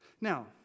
Now